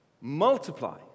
multiply